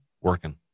working